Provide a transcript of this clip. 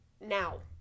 Now